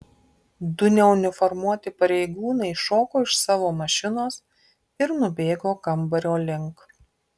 du neuniformuoti pareigūnai šoko iš savo mašinos ir nubėgo kambario link